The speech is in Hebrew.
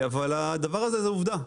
אבל הדבר הזה הוא עובדה.